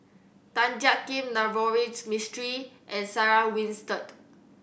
Tan Jiak Kim Navroji Mistri and Sarah Winstedt